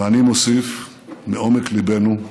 ואני מוסיף מעומק ליבנו: